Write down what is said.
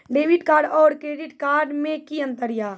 Debit card और credit card मे कि अंतर या?